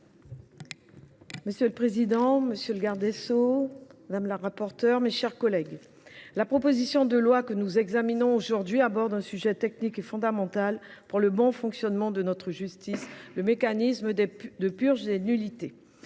Monsieur le président, monsieur le garde des sceaux, mes chers collègues, la proposition de loi que nous examinons aujourd’hui aborde un sujet technique et fondamental pour le bon fonctionnement de notre justice : le mécanisme de purge des nullités.